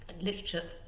literature